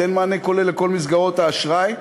תן מענה כולל לכל מסגרות האשראי,